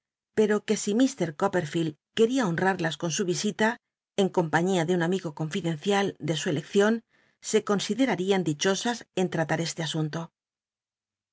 pero que si mr copperfield quel'ia hor ll'arlas con su visita en compañía de un am igo conhdcncial de su elcccion se considerarían dichosas en tratar este asunto